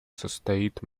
состоит